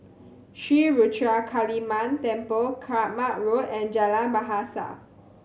Sri Ruthra Kaliamman Temple Kramat Road and Jalan Bahasa